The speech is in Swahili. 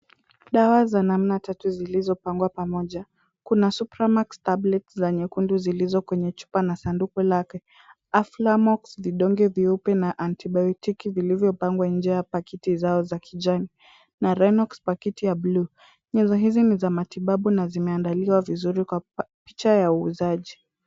Dawa za namna tatu zilizopangwa pamoja, kuna Supramax tablet za nyekundu zilizo kwenye chupa na sanduku lake, Aflamox vidonge viupe na antibiotiki vilivyopangwa nje ya pakiti zao za kijani, na Renox pakiti ya blue . Nyenzo hizi ni za matibabu na zimeandaliwa vizuri kwa picha ya uuzaji.